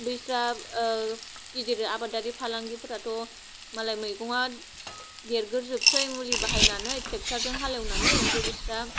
बिस्रा गिदिर आबादारि फालांगिफोराथ' मालाय मैगङा देरगोर जोबसै मुलि बाहायनानै ट्रेक्टार जों हालौनानै ओमफ्राय बिस्रा